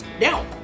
Now